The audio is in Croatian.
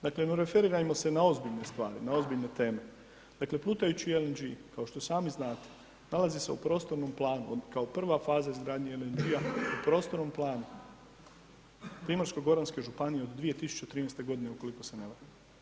Dakle, no referirajmo se na ozbiljne stvari, na ozbiljne teme, dakle plutajući LNG kao što sami znate nalazi se u prostornom planu kao prva faza izgradnje LNG-a u prostornom planu Primorsko-goranske županije od 2013. godine ukoliko se ne varam.